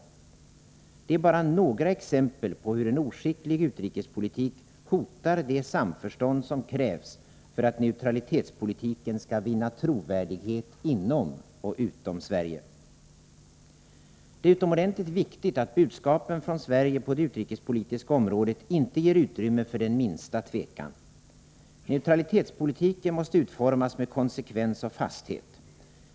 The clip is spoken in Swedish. Detta är bara några exempel på hur en oskicklig utrikespolitik hotar det samförstånd som krävs för att neutralitetspolitiken skall vinna trovärdighet inom och utom Sverige. Det är utomordentligt viktigt att budskapen från Sverige på det utrikespolitiska området inte ger utrymme för den minsta tvekan. Neutralitetspolitiken måste utformas med konsekvens och fasthet.